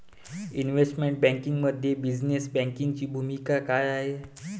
Investment बँकिंगमध्ये business बँकिंगची भूमिका काय आहे?